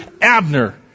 Abner